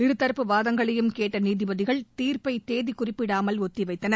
இருதரப்பு வாதங்களையும் கேட்ட நீதிபதிகள் தீர்ப்பை தேதி குறிப்பிடாமல் ஒத்திவைத்தனர்